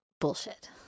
Bullshit